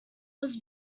was